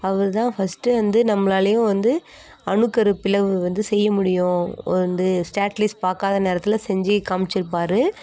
அவர்தான் ஃபஸ்ட்டு வந்து நம்மளாலேயும் வந்து அணுக்கருப்பிளவு வந்து செய்ய முடியும் வந்து ஸ்டேட்லிஸ் பார்க்காத நேரத்தில் செஞ்சு காமிச்சுருப்பாரு